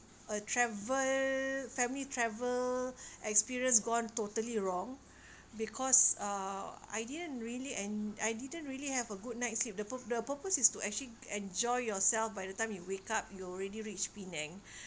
a travel family travel experience gone totally wrong because uh I didn't really en~ I didn't really have a good night's sleep the pur~ the purpose is to actually enjoy yourself by the time you wake up you already reach penang